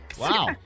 Wow